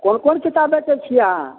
कोन कोन किताब बेचै छिए अहाँ